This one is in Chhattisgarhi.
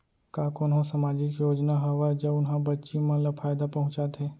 का कोनहो सामाजिक योजना हावय जऊन हा बच्ची मन ला फायेदा पहुचाथे?